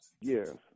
Yes